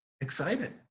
excited